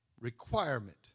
requirement